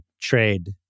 trade